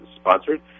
sponsored